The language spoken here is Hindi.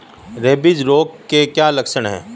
रेबीज रोग के क्या लक्षण है?